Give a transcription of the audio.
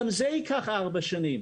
מט"ש טול כרם גם ייקח ארבע שנים,